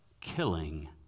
killing